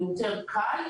הוא יותר קל,